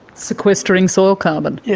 sequestering soil carbon? yes.